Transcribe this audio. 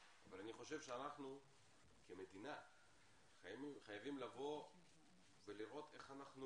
אבל אני חושב שאנחנו כמדינה חייבים לבוא ולראות איך אנחנו